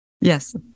Yes